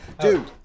Dude